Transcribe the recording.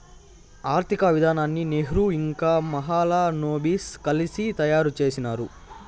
ఆర్థిక విధానాన్ని నెహ్రూ ఇంకా మహాలనోబిస్ కలిసి తయారు చేసినారు